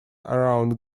around